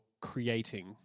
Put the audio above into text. creating